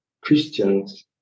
Christians